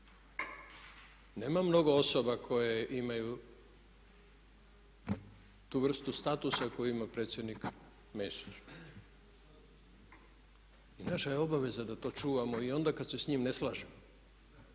nema mnogo osoba koje imaju tu vrstu statusa koju ima predsjednik Mesić i naša je obaveza da to čuvamo i onda kad se s njim ne slažemo